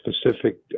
specific